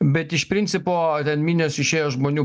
bet iš principo ten minios išėjo žmonių